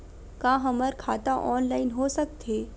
का हमर खाता ऑनलाइन हो सकथे?